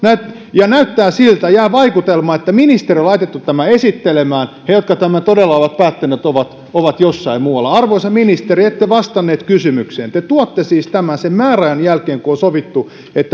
näyttää siltä jää vaikutelma siitä että ministeri on laitettu tämä esittelemään ja he jotka tämän todella ovat päättäneet ovat ovat jossain muualla arvoisa ministeri ette vastannut kysymykseen te tuotte tämän siis sen määräajan jälkeen kun on sovittu